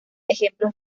ejemplos